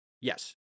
Yes